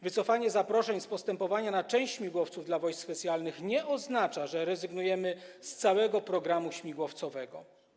Wycofanie zaproszeń z postępowania na część śmigłowców dla Wojsk Specjalnych nie oznacza, że rezygnujemy z całego programu śmigłowcowego.